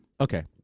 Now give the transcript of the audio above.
okay